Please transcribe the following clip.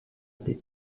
des